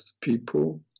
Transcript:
people